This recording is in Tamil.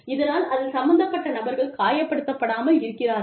இதனால் அதில் சம்பந்தப்பட்ட நபர்கள் காயப்படுத்தப்படாமல் இருக்கிறார்கள்